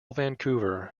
vancouver